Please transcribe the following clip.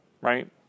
right